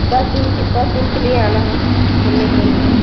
दस दिन के दस दिन के लिए आना है घूमने के लिए मुझे